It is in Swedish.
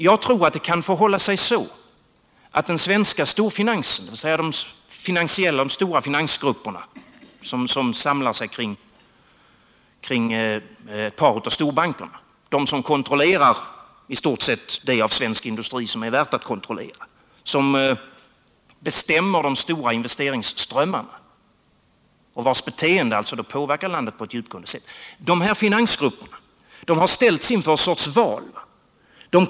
Jag tror att det kan förhålla sig så att den svenska storfinansen, dvs. de stora finansgrupper som samlar sig kring storbankerna, de som i stort sett kontrollerar det av svensk industri som är värt att kontrolleras, som bestämmer de stora investeringsströmmarna och vilkas beteende påverkar landet på ett djupgående sätt, ställs inför ett sorts val.